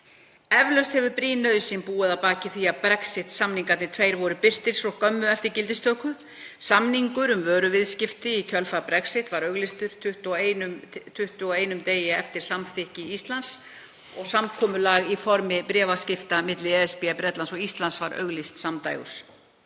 Eflaust hefur brýn nauðsyn búið að baki því að Brexit-samningarnir tveir voru birtir svo skömmu eftir gildistöku. Samningur um vöruviðskipti í kjölfar Brexit var auglýstur 21 degi eftir samþykki Íslands og samkomulag í formi bréfaskipta milli ESB, Bretlands og Íslands var auglýst samdægurs.